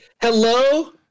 hello